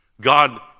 God